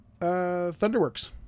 Thunderworks